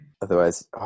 Otherwise